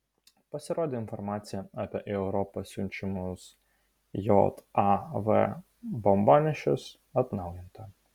pasirodė informacija apie į europą siunčiamus jav bombonešius atnaujinta